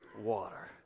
water